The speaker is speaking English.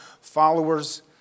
followers